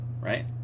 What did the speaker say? right